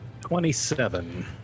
Twenty-seven